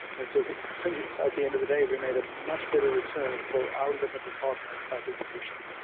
and so so at the end of the day, we made a much better return for our limited partners by being patient.